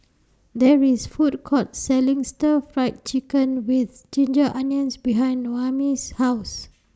There IS Food Court Selling Stir Fry Chicken with Ginger Onions behind Noemi's House